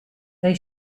they